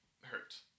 Hurt